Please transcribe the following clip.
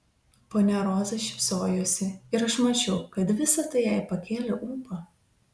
ponia roza šypsojosi ir aš mačiau kad visa tai jai pakėlė ūpą